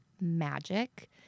magic